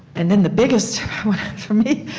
and then the biggest for me,